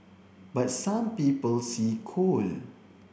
but some people see coal